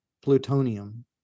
plutonium